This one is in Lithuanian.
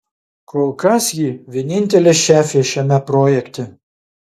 kol kas ji vienintelė šefė šiame projekte